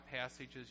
passages